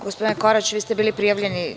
Gospodine Korać, bili ste prijavljeni.